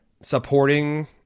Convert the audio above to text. supporting